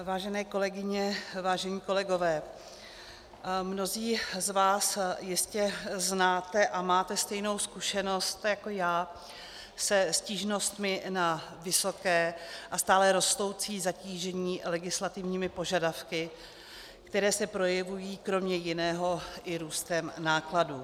Vážené kolegyně, vážení kolegové, mnozí z vás jistě znáte a máte stejnou zkušenost jako já se stížnostmi na vysoké a stále rostoucí zatížení legislativními požadavky, které se projevují kromě jiného i růstem nákladů.